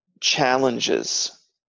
challenges